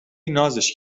نازش